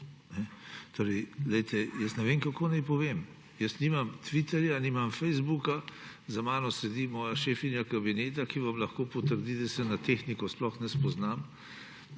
Torej, ne vem, kako naj povem. Nimam Twitterja, nimam Facebooka, za mano sedi moja šefinja kabineta, ki vam lahko potrdi, da se na tehniko sploh ne spoznam.